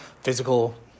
physical